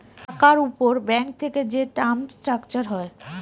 টাকার উপর ব্যাঙ্ক থেকে যে টার্ম স্ট্রাকচার হয়